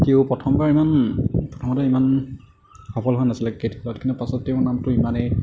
তেওঁ প্ৰথমবাৰ ইমান প্ৰথমতে ইমান সফল হোৱা নাছিলে ক্ৰিকেট খেলত কিন্তু পাছত তেওঁৰ নামটো ইমানেই